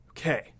Okay